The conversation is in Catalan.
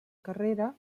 carrera